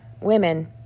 women